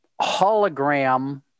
hologram